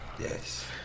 Yes